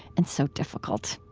and so difficult.